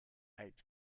eighth